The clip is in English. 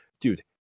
Dude